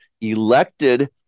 elected